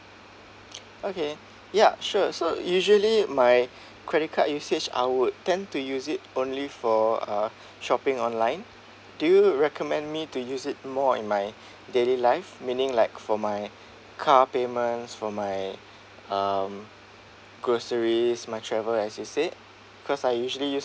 okay ya sure so usually my credit card usage I would tend to use it only for uh shopping online do you recommend me to use it more in my daily life meaning like for my car payments for my um groceries my travel as you said cause I usually use